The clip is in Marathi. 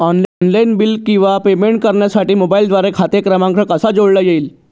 ऑनलाईन बिल किंवा पेमेंट करण्यासाठी मोबाईलद्वारे खाते क्रमांक कसा जोडता येईल?